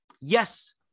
Yes